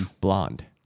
Blonde